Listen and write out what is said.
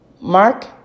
Mark